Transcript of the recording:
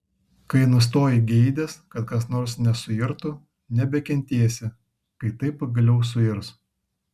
kai nustoji geidęs kad kas nors nesuirtų nebekentėsi kai tai pagaliau suirs